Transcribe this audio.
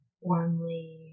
warmly